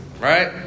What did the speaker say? Right